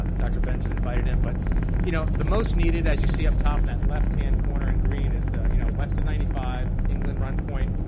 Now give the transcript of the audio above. ah dr. benson invited him. but you know the most needed, as you see up top, in that left hand corner in green, is you know west of ninety five, england run point,